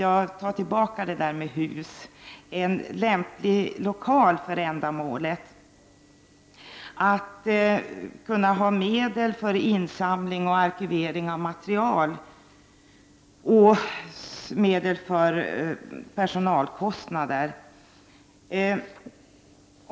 Ett kulturbidrag täcker inte kostnadarna för insamling av material och för personal.